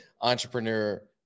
Entrepreneur